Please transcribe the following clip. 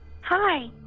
Hi